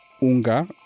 unga